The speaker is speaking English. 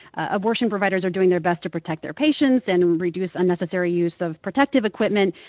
abortion providers are doing their best to protect their patients and reduce unnecessary use of protective equipment.